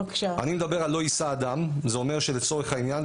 אני מדבר על לא יישא אדם - זה אומר שלצורך העניין,